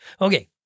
Okay